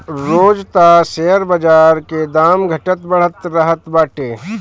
रोज तअ शेयर बाजार के दाम घटत बढ़त रहत बाटे